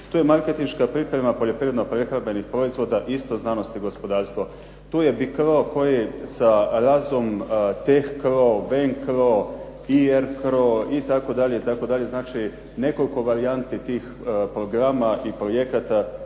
To je markentniška priprema poljoprivredno prehrambenih proizvoda isto znanost i gospodarstvo. Tu je BICRO koji sa RAZUM, TEHCRO, VENCRO, IRCRO itd., itd. znači nekoliko varijanti tih programa i projekata